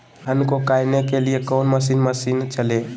धन को कायने के लिए कौन मसीन मशीन चले?